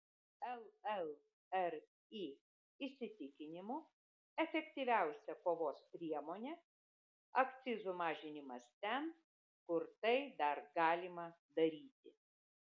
llri įsitikinimu efektyviausia kovos priemonė akcizų mažinimas ten kur tai dar galima daryti